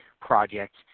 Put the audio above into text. projects